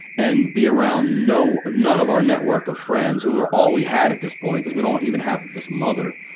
and be around no none of our network of friends, who were all we had at this point, because we don't even have this mother.